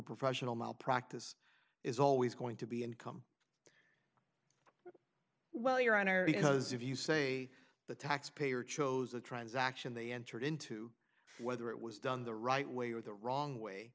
professional malpractise is always going to be income well your honor you because if you say the taxpayer chose a transaction they entered into whether it was done the right way or the wrong way